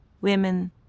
women